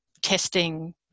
testing